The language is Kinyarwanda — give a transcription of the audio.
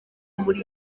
muri